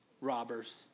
Robbers